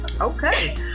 okay